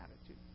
attitude